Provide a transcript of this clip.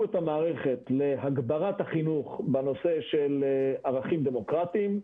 את המערכת להגברת החינוך בנושא של ערכים דמוקרטיים,